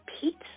pizza